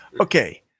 Okay